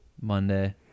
Monday